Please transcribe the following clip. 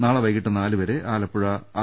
നാളെ വൈകിട്ട് നാലുവരെ ആലപ്പുഴ ആർ